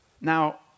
Now